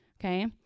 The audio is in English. okay